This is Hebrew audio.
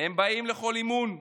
הם באים לכל אימון,